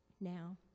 now